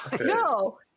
No